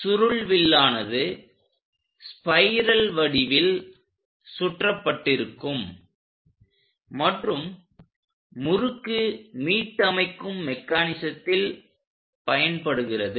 சுருள்வில்லானது spiral வடிவில் சுற்றப்பட்டிருக்கும் மற்றும் முறுக்கு மீட்டமைக்கும் மெக்கானிசத்தில் பயன்படுகிறது